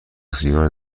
سیگار